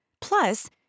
Plus